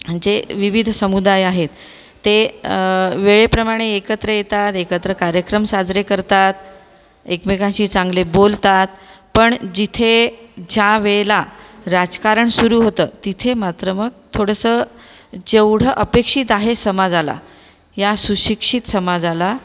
जे विविध समुदाय आहेत ते वेळेप्रमाणे एकत्र येतात एकत्र कार्यक्रम साजरे करतात एकमेकांशी चांगले बोलतात पण जिथे ज्यावेळेला राजकारण सुरु होतं तिथे मात्र मग थोडसं जेवढं अपेक्षित आहे समाजाला या सुशिक्षित समाजाला